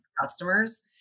customers